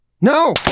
No